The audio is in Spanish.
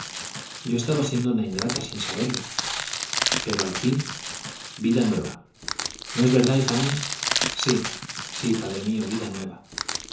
yo estaba siendo una ingrata sin saberlo pero al fin vida nueva no es verdad hija mía sí sí padre mío vida nueva